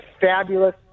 fabulous